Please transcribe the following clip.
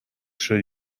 شدی